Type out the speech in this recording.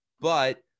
But-